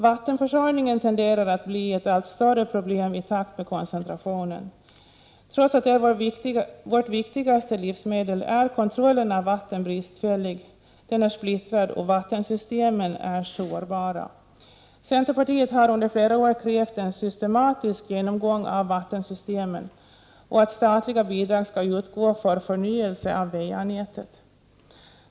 Vattenförsörjningen tenderar att bli ett allt större problem i takt med koncentrationen. Trots att vatten är vårt viktigaste livsmedel är kontrollen bristfällig. Den är splittrad och vattensystemen är sårbara. Centerpartiet har under flera år krävt en systematisk genomgång av vattensystemen och att statliga bidrag skall utgå för förnyelse av va-nätet.